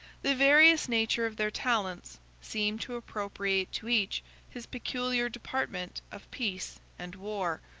the various nature of their talents seemed to appropriate to each his peculiar department of peace and war,